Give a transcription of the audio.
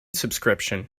subscription